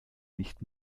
nicht